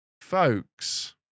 folks